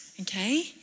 okay